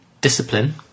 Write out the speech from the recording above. discipline